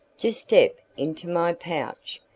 just step into my pouch,